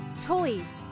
toys